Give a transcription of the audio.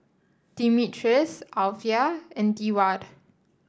Demetrius Alyvia and Deward